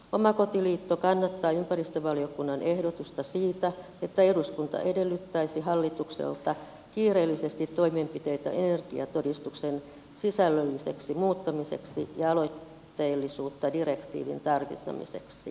omakotiliitto kannattaa ympäristövaliokunnan ehdotusta siitä että eduskunta edellyttäisi hallitukselta kiireellisesti toimenpiteitä energiatodistuksen sisällölliseksi muuttamiseksi ja aloitteellisuutta direktiivin tarkistamiseksi